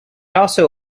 also